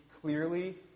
clearly